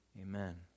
amen